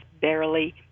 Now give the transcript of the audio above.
barely